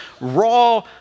raw